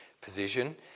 position